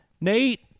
Nate